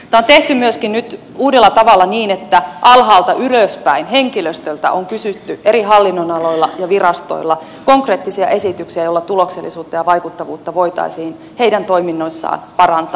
tämä on nyt tehty myöskin uudella tavalla niin että alhaalta ylöspäin henkilöstöltä on kysytty eri hallinnonaloilla ja virastoissa konkreettisia esityksiä joilla tuloksellisuutta ja vaikuttavuutta voitaisiin heidän toiminnoissaan parantaa